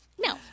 No